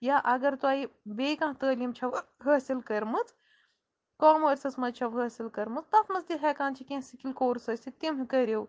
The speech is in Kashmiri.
یا اَگر تۄہہِ بیٚیہِ کانٛہہ تعٲلیٖم چھَو حٲصِل کٔرمٕژ کامٲرسَس منٛز چھو حٲصِل کٔرمٕژ تَتھ منٛز تہِ ہٮ۪کان چھِ کیٚنٛہہ سِکِل کورٕس ٲسِتھ تِم کٔرِو